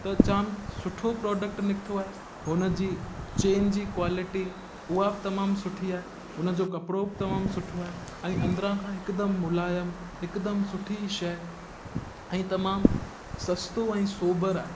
त जामु सुठो प्रोडक्ट निकितो आहे हुनजी चेन जी क्वालिटी उहा बि तमामु सुठी आहे हुनजो कपिड़ो बि तमामु सुठो आहे ऐं अंदिरां खां हिकदमि मुलायम हिकदमि सुठी शइ ऐं तमामु सस्तो ऐं सोभर आहे